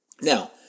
Now